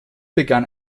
begann